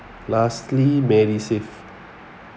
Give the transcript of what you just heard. lastly medisave